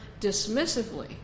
dismissively